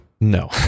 no